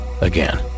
Again